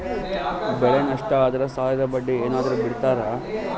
ಬೆಳೆ ನಷ್ಟ ಆದ್ರ ಸಾಲದ ಬಡ್ಡಿ ಏನಾದ್ರು ಬಿಡ್ತಿರಾ?